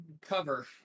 cover